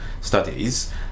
studies